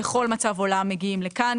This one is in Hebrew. בכל מצב עולם מגיעים לכאן,